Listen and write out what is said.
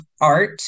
art